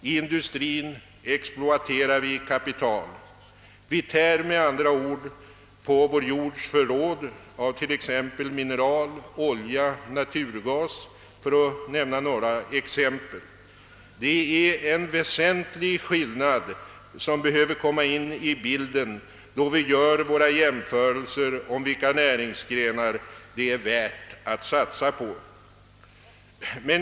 I industrin exploaterar vi kapital; vi tär med andra ord på vår jords förråd av t.ex. mineraler, olja och naturgas. Det är en väsentlig skillnad som behöver tas med i bilden då vi gör våra jämförelser beträffande vilka näringsgrenar det är värt att satsa på.